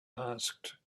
asked